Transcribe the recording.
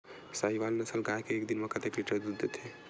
साहीवल नस्ल गाय एक दिन म कतेक लीटर दूध देथे?